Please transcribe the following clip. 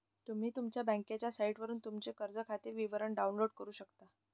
तुम्ही तुमच्या बँकेच्या साइटवरून तुमचे कर्ज खाते विवरण डाउनलोड करू शकता